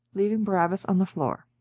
leaving barabas on the floor.